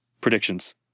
predictions